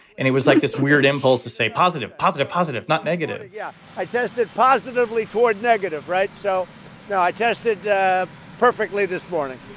and it was like this weird impulse to say positive, positive, positive, not negative yeah, i tested positively for negative. right. so yeah i tested perfectly this morning,